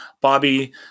Bobby –